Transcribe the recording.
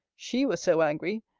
she was so angry,